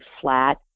flat